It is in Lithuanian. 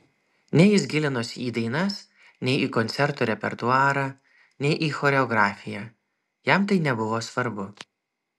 nei jis gilinosi į dainas nei į koncertų repertuarą nei į choreografiją jam tai nebuvo svarbu